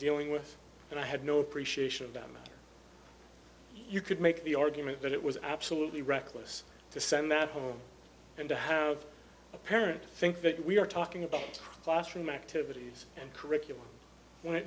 dealing with and i had no appreciation of damage or you could make the argument that it was absolutely reckless to send that home and to have a parent think that we are talking about classroom activities and curriculum when it